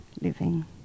living